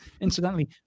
incidentally